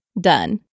Done